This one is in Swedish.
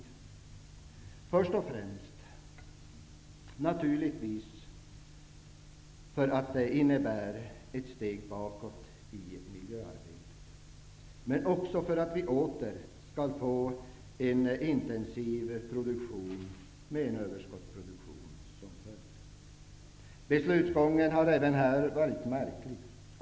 Det är naturligtvis först och främst märkligt för att det innebär ett steg bakåt i miljöarbetet men också för att vi åter skall få ett intensivt jordbruk med överskottsproduktion. Beslutsgången har även här varit märklig.